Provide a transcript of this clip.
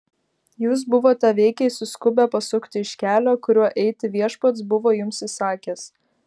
jūs buvote veikiai suskubę pasukti iš kelio kuriuo eiti viešpats buvo jums įsakęs